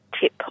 tip